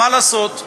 מה לעשות,